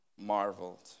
marveled